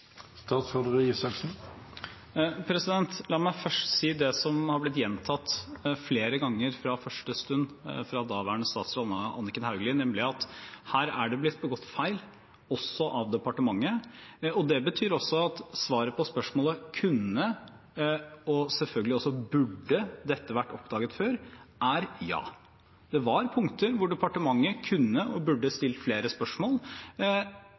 La meg først si det som har vært gjentatt flere ganger fra første stund, fra daværende statsråd Anniken Hauglie, nemlig at her er det blitt begått feil, også av departementet. Det betyr også at svaret på spørsmålet «Kunne, og selvfølgelig også burde, dette vært oppdaget før?» er ja. Det var punkter der departementet kunne og burde stilt flere spørsmål,